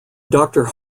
doctor